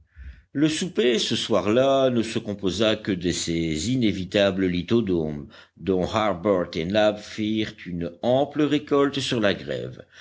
le souper ce soir-là ne se composa que de ces inévitables lithodomes dont harbert et nab firent une ample récolte sur la grève